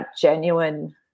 genuine